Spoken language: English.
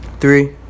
Three